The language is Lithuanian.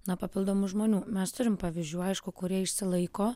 na papildomų žmonių mes turim pavyzdžių aišku kurie išsilaiko